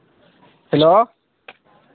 hello